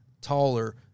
taller